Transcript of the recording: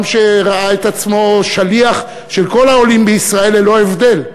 שראה את עצמו שליח של כל העולים בישראל ללא הבדל.